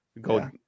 Go